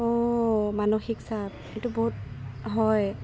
অঁ মানসিক চাপ সেইটো বহুত হয়